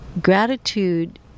Gratitude